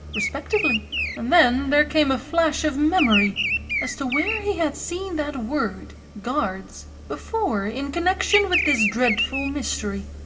respectively and then there came a flash of memory as to where he had seen that word guards before in connexion with this dreadful mystery.